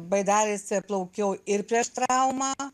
baidarėse plaukiau ir prieš traumą